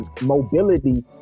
mobility